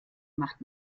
macht